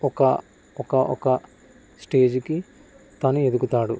ఒక ఒక ఒక స్టేజ్ కి తను ఎదుగుతాడు